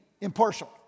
impartial